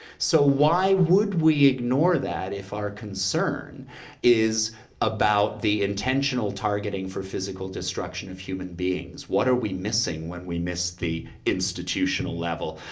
so why would we ignore that if our concern is about the intentional targeting for physical destruction of human beings? what are we missing when we miss the institutional level?